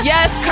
Yes